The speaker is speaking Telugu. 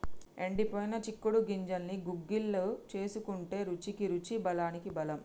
ఎండిపోయిన చిక్కుడు గింజల్ని గుగ్గిళ్లు వేసుకుంటే రుచికి రుచి బలానికి బలం